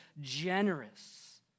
generous